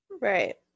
Right